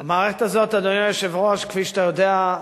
המערכת הזאת, אדוני היושב-ראש, כפי שאתה יודע,